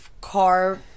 car